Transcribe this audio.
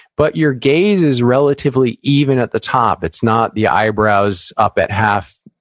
but your gaze is relatively even at the top. it's not the eyebrows up at half,